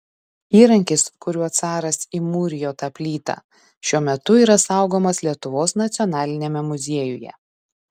įrankis kuriuo caras įmūrijo tą plytą šiuo metu yra saugomas lietuvos nacionaliniame muziejuje